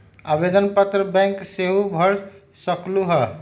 आवेदन पत्र बैंक सेहु भर सकलु ह?